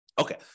Okay